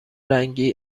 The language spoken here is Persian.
رنگی